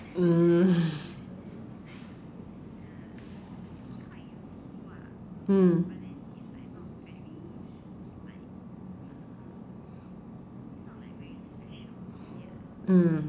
mm mm mm